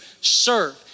serve